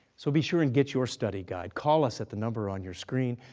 so, be sure and get your study guide. call us at the number on your screen.